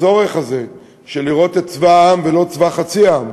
הצורך הזה, של לראות את צבא העם ולא צבא חצי העם,